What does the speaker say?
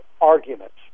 arguments